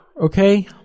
okay